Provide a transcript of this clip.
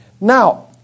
Now